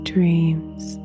Dreams